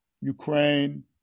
Ukraine